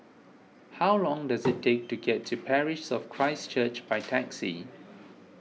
how long does it take to get to Parish of Christ Church by taxi